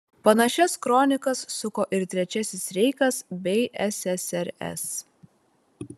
panašias kronikas suko ir trečiasis reichas bei ssrs